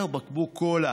בשופרסל בקבוק קולה